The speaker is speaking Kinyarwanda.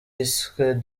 yiswe